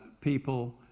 people